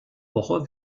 woche